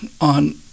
on